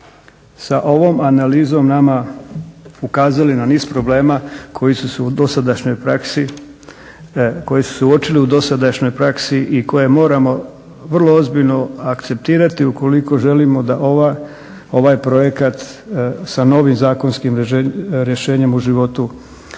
sa ovom analizom nama ukazali na niz problema koji su se uočili u dosadašnjoj praksi i koje moramo vrlo ozbiljno akceptirati ukoliko želimo da ovaj projekat sa novim zakonskim rješenjem u životu